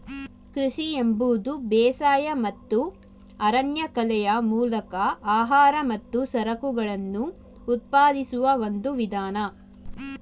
ಕೃಷಿ ಎಂಬುದು ಬೇಸಾಯ ಮತ್ತು ಅರಣ್ಯಕಲೆಯ ಮೂಲಕ ಆಹಾರ ಮತ್ತು ಸರಕುಗಳನ್ನು ಉತ್ಪಾದಿಸುವ ಒಂದು ವಿಧಾನ